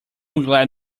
glad